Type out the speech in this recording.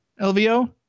LVO